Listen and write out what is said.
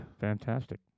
Fantastic